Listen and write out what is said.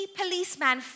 policeman